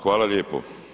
Hvala lijepo.